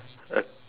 a